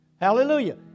Hallelujah